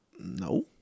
No